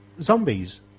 zombies